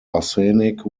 arsenic